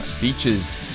Beaches